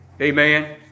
Amen